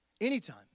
Anytime